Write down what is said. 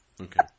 Okay